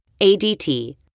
ADT